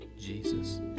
Jesus